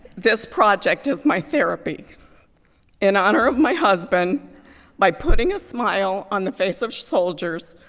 this project is my therapy in honor of my husband by putting a smile on the face of soldiers,